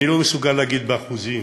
אני לא מסוגל להגיד באחוזים,